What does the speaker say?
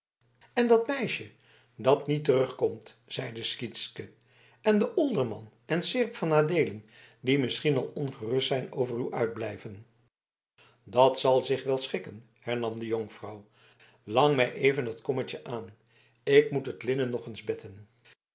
en dat meisje dat niet terugkomt zeide sytsken en de olderman en seerp van adeelen die misschien al ongerust zijn over uw uitblijven dat zal zich wel schikken hernam de jonkvrouw lang mij even dat kommetje aan ik moet het linnen nog eens betten